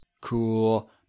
cool